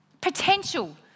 potential